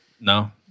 No